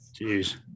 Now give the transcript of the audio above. Jeez